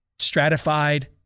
stratified